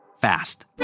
Fast